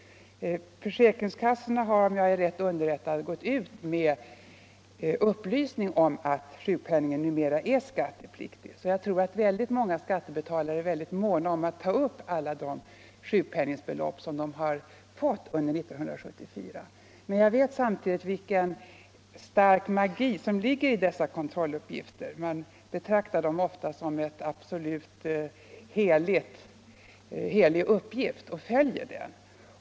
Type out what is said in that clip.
; Försäkringskassorna har, om jag är rätt underrättad, gått ut med upplysning om att sjukpenningen numera är skattepliktig, så jag tror att många skattebetalare är måna om att i årets deklaration ta upp de sjukpenningbelopp som avser 1974. Men jag vet samtidigt vilken stark magi det ligger i kontrolluppgifterna. Man betraktar kontrolluppgiften ofta som en helig uppgift och följer den.